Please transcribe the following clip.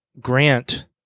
Grant